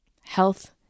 health